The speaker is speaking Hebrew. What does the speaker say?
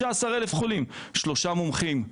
15,000 חולים, 3 מומחים.